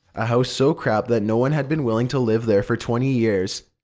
a house so crap that nobody had been willing to live there for twenty years,